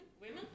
women